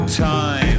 time